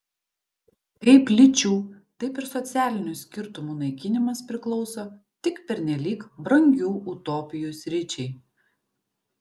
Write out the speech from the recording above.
kaip lyčių taip ir socialinių skirtumų naikinimas priklauso tik pernelyg brangių utopijų sričiai